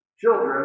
Children